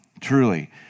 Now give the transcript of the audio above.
truly